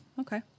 Okay